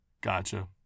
Gotcha